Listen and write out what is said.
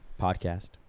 podcast